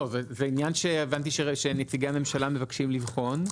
לא, זה עניין שהבנתי שנציגי הממשלה מבקשים לבחון.